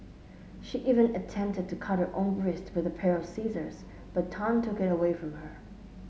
she even attempted to cut her own wrists with a pair of scissors but Tan took it away from her